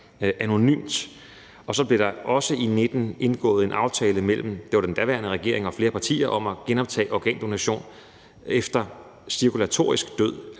anonymt. Så blev der også i 2019 indgået en aftale mellem den daværende regering og flere partier om at genoptage organdonation efter cirkulatorisk død,